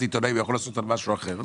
העיתונאים; הוא יכול לעשות עוד משהו אחר,